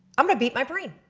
i'm going to beat my brain.